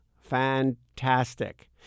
fantastic